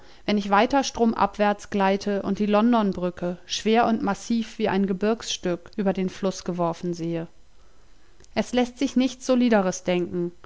wenn ich weiter stromabwärts gleite und die londonbrücke schwer und massig wie ein gebirgsstück über den fluß geworfen sehe es läßt sich nichts solideres denken